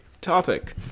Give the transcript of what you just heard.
topic